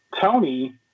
Tony